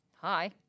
Hi